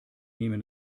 nehmen